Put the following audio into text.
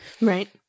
Right